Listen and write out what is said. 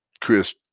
Chris